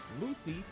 Lucy